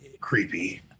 creepy